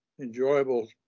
enjoyable